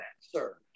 sir